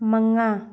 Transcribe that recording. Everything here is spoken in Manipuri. ꯃꯉꯥ